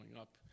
up